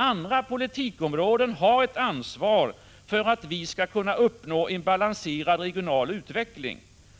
Andra politikområden har ett ansvar för att vi skall kunna uppnå en balanserad regional utveckling,